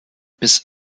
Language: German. bis